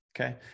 Okay